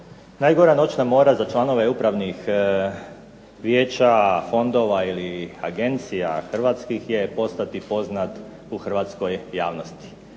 Najgora noćna mora za članove Upravnih vijeća fondova ili agencija Hrvatskih je postati poznat u Hrvatskoj javnosti,